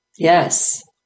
Yes